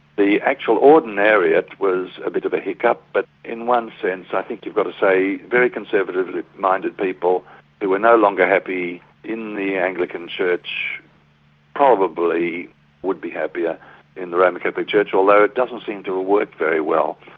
the actual ordinariate was a bit of a hiccup but in one sense i think you've got to say very conservatively minded people who were no longer happy in the anglican church probably would be happier in the roman catholic church although it doesn't seem to have worked very well.